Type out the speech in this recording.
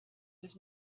was